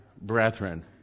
brethren